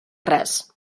res